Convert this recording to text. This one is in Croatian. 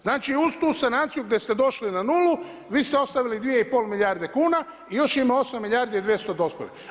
Znači uz tu sanaciju gdje ste došli na nulu vi ste ostavili 2,5 milijarde kuna i još ima 8 milijardi i 200 dospjelih.